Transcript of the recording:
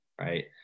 Right